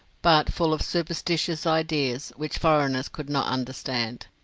but full of superstitious ideas, which foreigners could not understand.